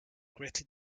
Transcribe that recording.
greatly